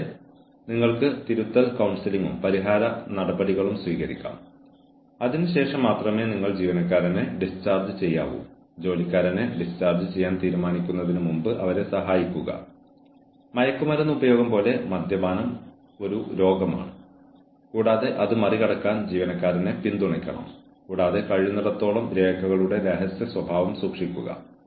കൂടാതെ നിങ്ങൾ നേരിടുന്ന പ്രശ്നങ്ങൾ ഒഴിവാക്കുന്നതിനോ ജീവനക്കാരെ അച്ചടക്കത്തിലാക്കാനുള്ള അവസരം കുറയ്ക്കുന്നതിനോ ഹ്യൂമൻ റിസോഴ്സ് മാനേജർമാർ എന്ന നിലയിൽ നിങ്ങൾക്ക് ചെയ്യാൻ കഴിയുമെന്ന കാര്യങ്ങളോടെ നമ്മൾ അവസാനിപ്പിക്കും